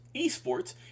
eSports